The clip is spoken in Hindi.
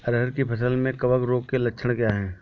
अरहर की फसल में कवक रोग के लक्षण क्या है?